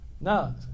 No